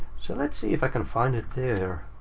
so let's see if i can find it there.